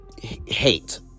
hate